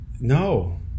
No